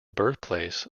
birthplace